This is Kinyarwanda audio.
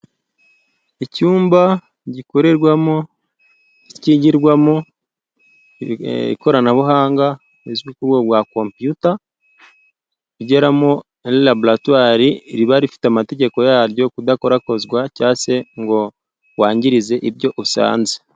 Icyumba gikorerwamo kigirwamo ikoranabuhanga rizwi ku rwego kompiyuta, igeramo muri laboratware, riba rifite amategeko yaryo kudakorakozwa cyangwa se ngo wangirize ibyo usanze.